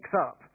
up